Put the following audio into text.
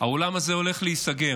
האולם הזה הולך להיסגר.